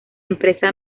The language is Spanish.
empresa